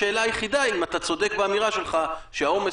השאלה היחידה היא האם אתה צודק באמירה שלך שהעומס